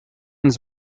ens